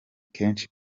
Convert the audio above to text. kenshi